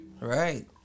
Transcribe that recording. Right